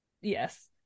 Yes